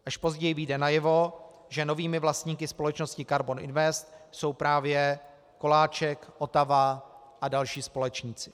Až později vyjde najevo, že novými vlastníky společnosti Karbon Invest jsou právě Koláček, Otava a další společníci.